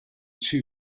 two